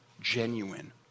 genuine